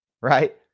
Right